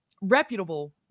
reputable